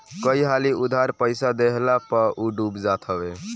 कई हाली उधार पईसा देहला पअ उ डूब जात हवे